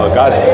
guys